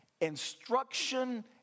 instruction